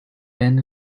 bend